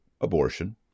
abortion